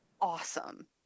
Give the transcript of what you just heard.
awesome